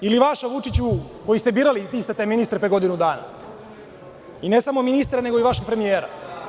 Alise Marić ili vaša, Vučiću, koji ste birali iste te ministre pre godinu dana i ne samo ministre već i vašeg premijera?